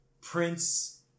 Prince